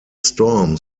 storm